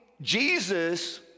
Jesus